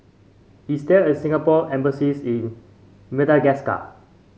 is there a Singapore Embassy in Madagascar